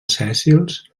sèssils